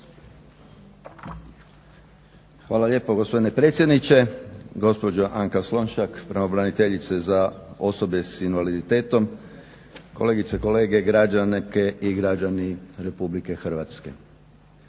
Hvala lijepa gospodine predsjedniče, gospođo Anka Slonjšak, pravobraniteljice za osobe s invaliditetom, kolegice i kolege, građanke i građani RH.